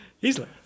Easily